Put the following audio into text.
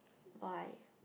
why